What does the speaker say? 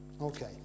okay